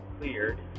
cleared